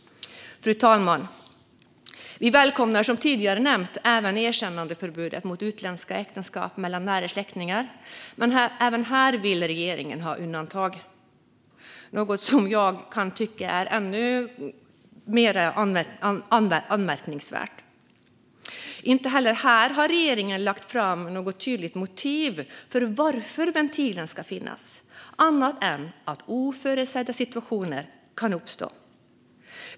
Fru talman! Vi välkomnar som tidigare nämnts även erkännandeförbudet mot utländska äktenskap mellan nära släktingar. Men även här vill regeringen ha undantag, något som jag kan tycka är ännu mer anmärkningsvärt. Inte heller här har regeringen lagt fram något tydligt motiv för att ventilen ska finnas, annat än att oförutsedda situationer kan uppstå.